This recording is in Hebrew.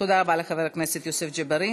תודה רבה לחבר הכנסת יוסף ג'בארין.